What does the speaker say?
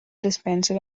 dispenser